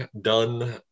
done